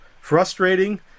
Frustrating